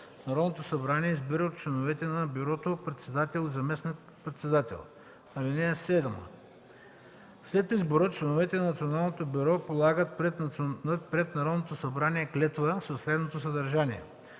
Народното събрание избира от членовете на бюрото председател и заместник-председател. (7) След избора членовете на Националното бюро полагат пред Народното събрание клетва със следното съдържание: